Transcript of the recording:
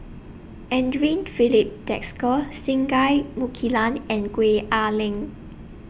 Andre Filipe Desker Singai Mukilan and Gwee Ah Leng